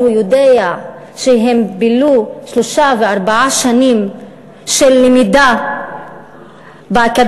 הוא יודע שהן בילו שלוש וארבע שנים של למידה באקדמיה,